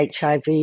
HIV